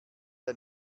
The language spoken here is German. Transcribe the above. ein